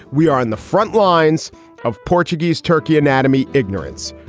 we are on the front lines of portuguese turkey, anatomy, ignorance,